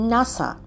Nasa